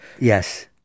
Yes